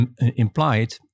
implied